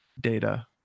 data